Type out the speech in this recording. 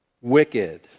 wicked